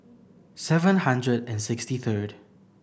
seven hundred and sixty third